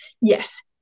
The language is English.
Yes